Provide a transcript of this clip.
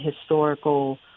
historical